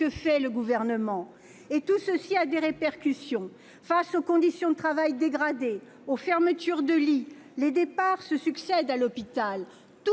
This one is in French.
que fait le Gouvernement ! Et tout cela a des répercussions : face aux conditions de travail dégradées, aux fermetures de lits, les départs se succèdent à l'hôpital.